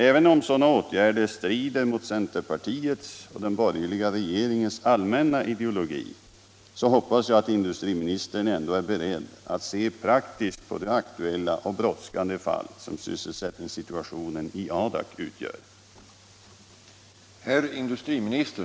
Även om sådana åtgärder strider mot centerpartiets och den borgerliga regeringens allmänna ideologi, så hoppas jag att industriministern ändå är beredd att se praktiskt på det aktuella och brådskande fall som sysselsättningssituationen i Adak utgör.